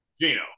Gino